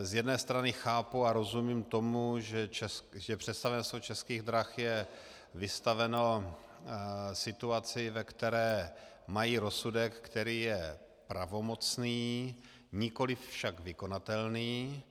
Z jedné strany chápu a rozumím tomu, že představenstvo Českých drah je vystaveno situaci, ve které mají rozsudek, který je pravomocný, nikoliv však vykonatelný.